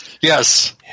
Yes